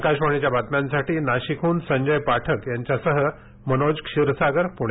आकाशवाणीच्या बातम्यांसाठी नाशिकडून संजय पाठक यांच्यासह मनोज क्षीरसागर पुणे